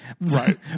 right